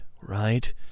right